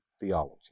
theology